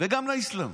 וגם לאסלאם.